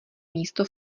místo